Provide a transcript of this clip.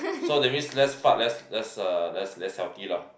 so that means less fart less less uh less less healthy lah